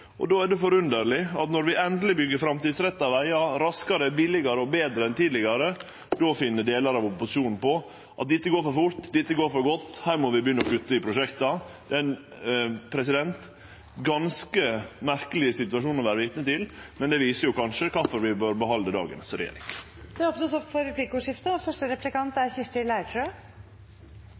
for. Då er det forunderleg at når vi endeleg byggjer framtidsretta vegar raskare, billigare og betre enn tidlegare, finn delar av opposisjonen på at dette går for fort, dette går for godt, her må vi begynne å kutte i prosjekta. Det er ein ganske merkeleg situasjon å vere vitne til, men det viser kanskje kvifor vi bør behalde dagens regjering. Det blir replikkordskifte. Som jeg nevnte i mitt innlegg, føler Hedmark og